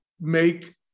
make